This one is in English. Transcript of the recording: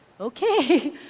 Okay